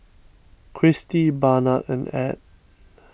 Cristi Barnard and Add